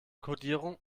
kodierung